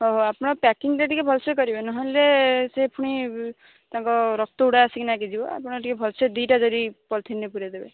ହଉ ଆପଣ ପ୍ୟାକିିଂଟା ଟିକିଏ ଭଲସେ କରିବେ ନହେଲେ ସେ ପୁଣି ତାଙ୍କ ରକ୍ତଗୁଡ଼ା ଆସିକି ଲାଗିଯିବ ଆପଣ ଟିକିଏ ଭଲ ସେ ଦୁଇଟା ଜରି ପଲ୍ଥିନରେ ପୂରେଇ ଦେବେ